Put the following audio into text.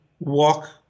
Walk